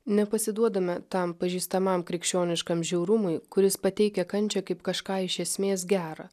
nepasiduodame tam pažįstamam krikščioniškam žiaurumui kuris pateikia kančią kaip kažką iš esmės gera